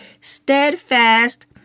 steadfast